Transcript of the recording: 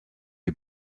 les